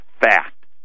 fact